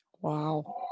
Wow